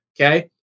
Okay